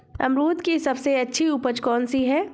अमरूद की सबसे अच्छी उपज कौन सी है?